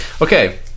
Okay